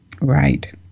Right